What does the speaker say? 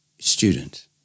Student